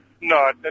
No